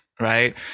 Right